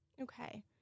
Okay